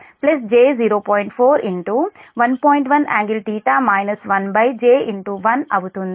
1∟θ 1j1 అవుతుంది